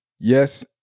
yes